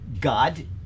God